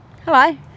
Hello